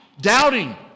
Doubting